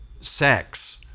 sex